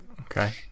okay